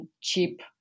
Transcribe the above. cheap